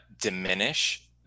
diminish